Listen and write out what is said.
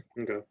Okay